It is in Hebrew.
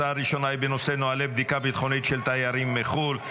ההצעה הראשונה היא בנושא: נוהלי בדיקה ביטחונית של תיירים מחו"ל.